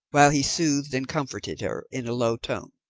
while he soothed and comforted her in a low tone.